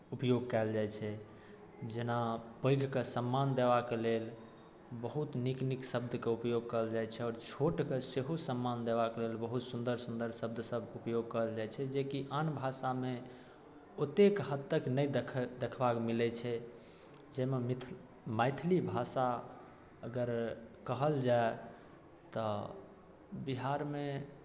उपयोग कयल जाइत छै जेना पैघके सम्मान देबाके लेल बहुत नीक नीक शब्दके उपयोग कयल जाइत छै आओर छोटके सेहो सम्मान देबाक लेल बहुत सुन्दर सुन्दर शब्दसभ उपयोग कयल जाइत छै जे कि आन भाषामे ओतेक हद तक नहि देखबा देखैके मिलैत छै जाहिमे मिथ मैथिली भाषा अगर कहल जाय तऽ बिहारमे